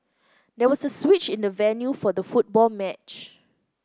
there was a switch in the venue for the football match